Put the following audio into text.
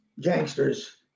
gangsters